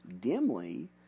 dimly